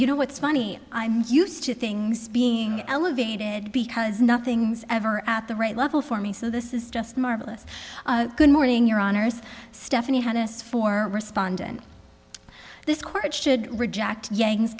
you know what's funny i'm used to things being elevated because nothing's ever at the right level for me so this is just marvelous good morning your honour's stephanie had this for respondent this court should reject yang